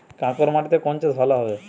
কাঁকর মাটিতে কোন চাষ ভালো হবে?